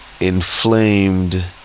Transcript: inflamed